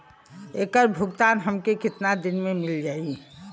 ऐकर भुगतान हमके कितना दिन में मील जाई?